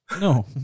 No